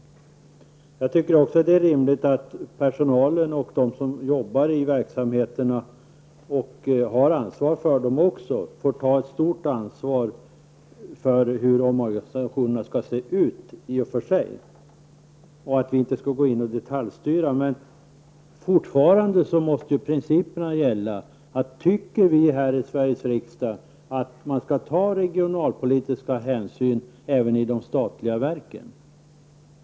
Jag tycker att det är rimligt att personalen och de som jobbar i verksamheterna och har ansvar för dem också får ta ett stort ansvar för hur omorganisationerna skall se ut och att vi inte skall detaljstyra. Men fortfarande måste principerna gälla. Tycker vi här i Sveriges riksdag att man skall ta regionalpolitiska hänsyn även i de statliga verken?